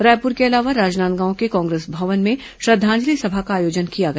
रायपुर के अलावा राजनांदगांव के कांग्रेस भवन में श्रद्धांजलि सभा का आयोजन किया गया